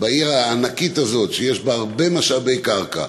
בעיר הענקית הזאת, שיש בה הרבה משאבי קרקע,